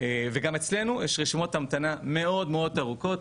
וגם אצלנו יש גם רשימות המתנה מאוד מאוד ארוכות,